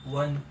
one